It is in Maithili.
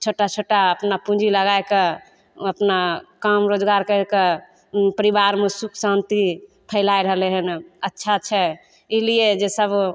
छोटा छोटा अपना पूँजी लगा कऽ अपना काम रोजगार करि कऽ उ परिवारमे सुख शान्ति फैलाय रहलइ हन अच्छा छै ई लिये जे सब